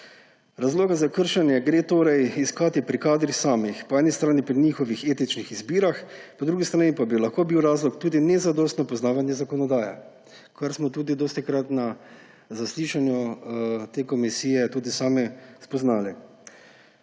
Razloge za kršenje gre torej iskati pri kadrih samih, po eni strani pri njihovih etičnih izbirah, po drugi strani pa bi lahko bil razlog tudi nezadostno poznavanje zakonodaje, kar smo tudi dostikrat na zaslišanju te komisije tudi sami spoznali.